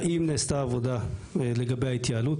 האם נעשתה עבודה לגבי ההתייעלות?